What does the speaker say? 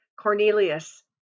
cornelius